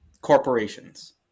corporations